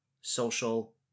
social